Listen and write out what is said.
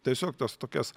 tiesiog tas tokias